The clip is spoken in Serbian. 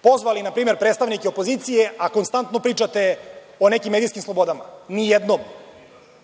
pozvali na primer predstavnike opozicije, a konstantno pričate o nekim medijskim slobodama? Nijednom.